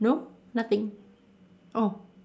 no nothing oh